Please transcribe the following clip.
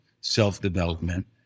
self-development